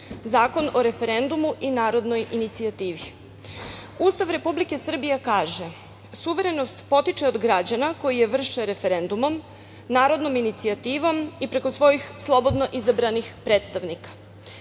Zakon o referendumu i narodnoj inicijativi. Ustav Republike Srbije kaže: „Suverenost potiče od građana koji vrše referendumom, narodnom inicijativom i preko svojih slobodno izabranih predstavnika“.Važeći